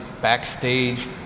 backstage